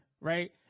right